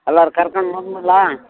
ಎಲ್ಲರ ಕರ್ಕಂಡು ಬಂದು ಬಿಡ್ಲಾ